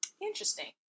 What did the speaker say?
Interesting